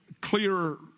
clearer